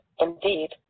indeed